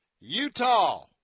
Utah